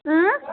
ٲں